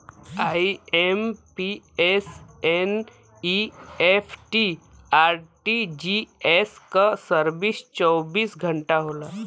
IMPS, NEFT, RTGS क service चौबीस घंटा होला